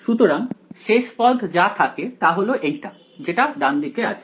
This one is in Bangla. সুতরাং শেষ পদ যা থাকে তা হল এইটা যেটা ডানদিকে আছে